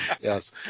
Yes